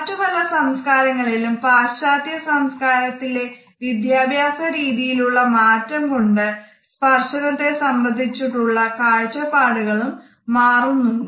മറ്റു പല സംസ്കാരങ്ങളിലും പാശ്ചാത്യ സംസ്കാരത്തിലെ വിദ്യാഭ്യാസ രീതിയിലുള്ള മാറ്റം കൊണ്ട് സ്പർശനത്തേ സംബന്ധിച്ചുള്ള കാഴ്ചപ്പാടുകളും മാറുന്നുണ്ട്